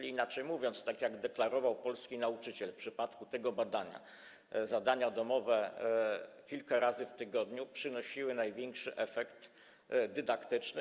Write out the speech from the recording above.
Inaczej mówiąc, jak deklarował polski nauczyciel w przypadku tego badania, zadania domowe kilka razy w tygodniu przynosiły największy efekt dydaktyczny.